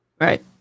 Right